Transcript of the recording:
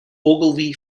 ogilvie